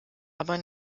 aber